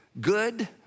good